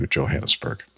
Johannesburg